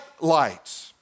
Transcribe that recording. lights